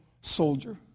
soldier